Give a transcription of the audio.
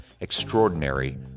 extraordinary